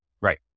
right